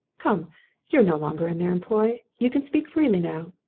come you're no longer in their employ you can speak freely now.